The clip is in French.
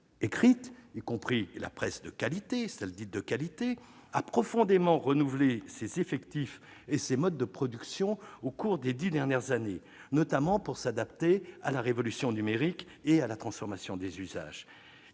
écrite, y compris la presse de qualité, a profondément renouvelé ses effectifs et ses modes de production au cours des dix dernières années, notamment pour s'adapter à la révolution numérique et à la transformation des usages.